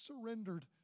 surrendered